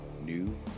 new